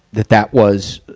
that that was,